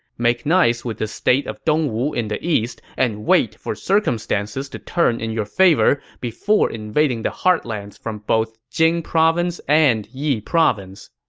make nice with the state of dongwu in the east, and wait for circumstances to turn in your favor before invading the heartlands from both jing province and yi province